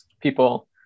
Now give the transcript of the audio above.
people